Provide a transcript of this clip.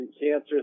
cancer